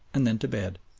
and then to bed.